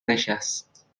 نشست